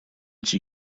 she